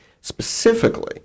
specifically